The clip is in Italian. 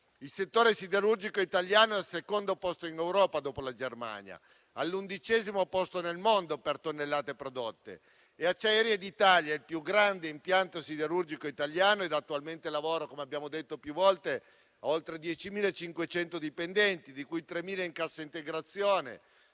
Il settore siderurgico italiano è al secondo posto in Europa dopo la Germania, all'undicesimo posto nel mondo per tonnellate prodotte e Acciaierie d'Italia è il più grande impianto siderurgico italiano ed attualmente dà lavoro, come abbiamo detto più volte, a oltre 10.500 dipendenti, di cui 3.000 in cassa integrazione,